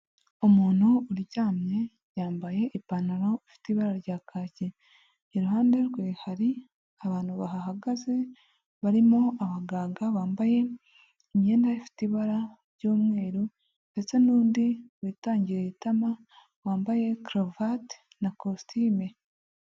Umuntu uryamye yambaye ipantaro ifite ibara rya kaki iruhande rwe hari abantu bahagaze barimo abaganga bambaye imyenda ifite ibara ry'umweru ndetse n'undi witangiriye itama wambaye caruvati na kositimu.